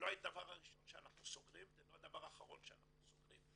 זה לא הדבר הראשון שאנחנו סוגרים ולא הדבר האחרון שאנחנו סוגרים.